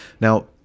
Now